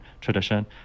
tradition